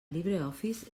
libreoffice